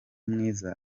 mwiza